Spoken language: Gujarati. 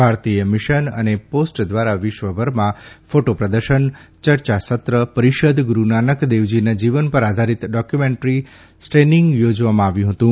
ભારતીય મિશન અને પોસ્ટ ધ્વારા વિશ્વભરમાં ફોટો પ્રદર્શન ચર્ચાસત્ર પરીષદ ગુરૂ નાનક દેવજીના જીવનપર આધારીત ડોકયુમેન્ટરી સ્ટ્રીનીંગ યોજવામાં આવ્યું હતું